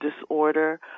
disorder